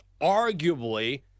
arguably